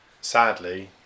sadly